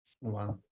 Wow